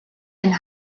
and